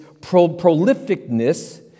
prolificness